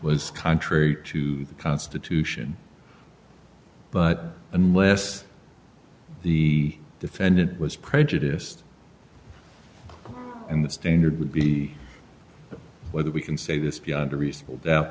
was contrary to the constitution but unless the defendant was prejudiced and the standard would be whether we can say this beyond a reasonable doubt